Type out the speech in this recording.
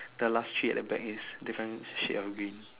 the last three at the back is different shade of green